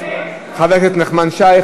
חבר הכנסת נחמן שי,